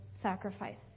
sacrifice